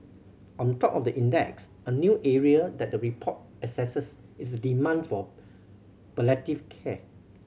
on top of the index a new area that the report assesses is the demand for palliative care